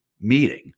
meeting